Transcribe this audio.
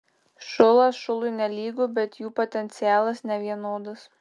šulas šului nelygu bet jų potencialas nevienodas